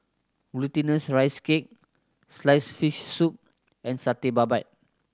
Glutinous Rice Cake sliced fish soup and Satay Babat